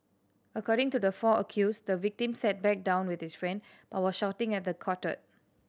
according to the four accused the victim sat back down with his friend but was shouting at the quartet